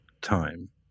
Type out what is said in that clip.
time